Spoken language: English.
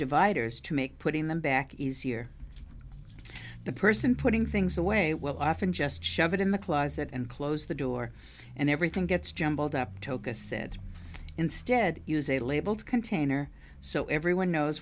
dividers to make putting them back easier the person putting things away will often just shove it in the closet and close the door and everything gets jumbled up toca said instead use a label container so everyone knows